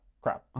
crap